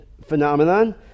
phenomenon